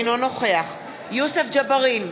אינו נוכח יוסף ג'בארין,